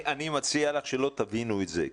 אני מציע לך שלא תבינו את זה,